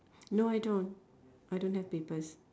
no I don't I don't have papers